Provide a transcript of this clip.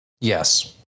Yes